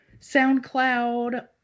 soundcloud